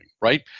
right